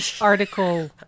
article